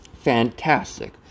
Fantastic